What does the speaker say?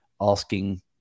asking